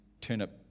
turnip